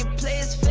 plays